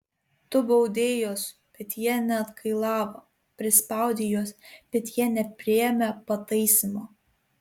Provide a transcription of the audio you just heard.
tu baudei juos bet jie neatgailavo prispaudei juos bet jie nepriėmė pataisymo